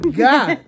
god